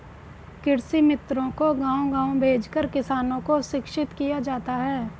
कृषि मित्रों को गाँव गाँव भेजकर किसानों को शिक्षित किया जाता है